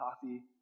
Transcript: coffee